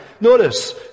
Notice